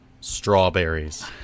strawberries